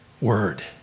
word